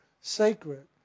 sacred